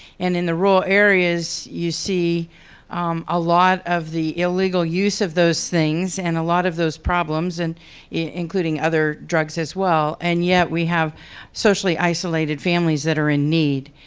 and in the rural areas you see um a lot of the illegal use of those things and a lot of those problems and including other drugs as well. and yet we have socially isolated families that are in need.